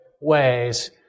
ways